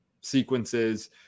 sequences